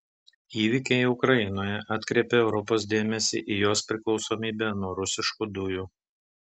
įvykiai ukrainoje atkreipė europos dėmesį į jos priklausomybę nuo rusiškų dujų